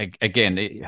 Again